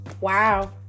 Wow